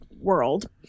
world